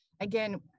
again